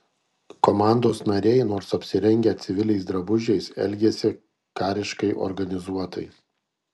komandos nariai nors apsirengę civiliais drabužiais elgėsi kariškai organizuotai